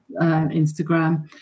Instagram